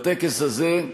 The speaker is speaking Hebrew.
בטקס הזה,